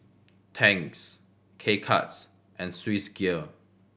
Tangs K Cuts and Swissgear